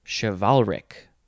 chivalric